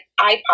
iPod